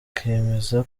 akemeza